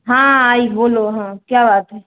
हाँ आई बोलो हाँ क्या बात है